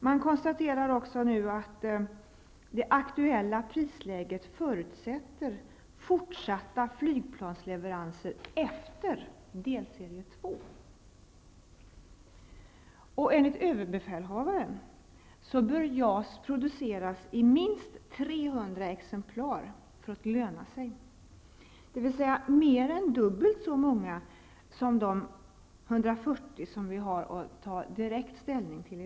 Man konstaterar också att det nu aktuella prisläget förutsätter fortsatta flygplansleveranser efter delserie 2. Enligt överbefälhavaren bör JAS produceras i minst 300 exemplar för att löna sig, dvs. mer än dubbelt så många som de 140 som vi i dag har att direkt ta ställning till.